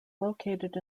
located